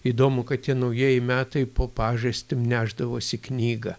įdomu kad tie naujieji metai po pažastim nešdavosi knygą